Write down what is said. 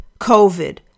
COVID